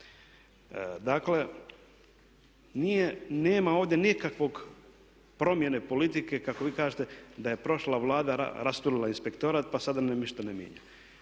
Dakle, nema ovdje nikakve promjene politike kako vi kažete da je prošla Vlada rasturila inspektorat pa sada nam ništa ne mijenja.